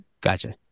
Gotcha